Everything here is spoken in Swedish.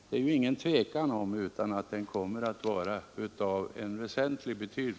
Det är ju inget tvivel om att den kommer att vara av väsentligt värde.